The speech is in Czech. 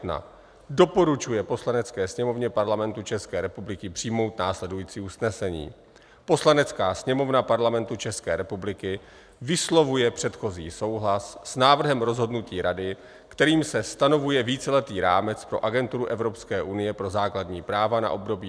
I. doporučuje Poslanecké sněmovně Parlamentu České republiky přijmout následující usnesení: Poslanecká sněmovna Parlamentu České republiky vyslovuje předchozí souhlas s návrhem rozhodnutí Rady, kterým se stanovuje víceletý rámec pro Agenturu Evropské unie pro základní práva na období 20182022.